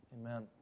Amen